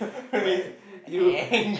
what you